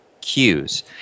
cues